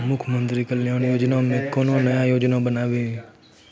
मुख्यमंत्री कल्याण योजना मे कोनो नया योजना बानी की?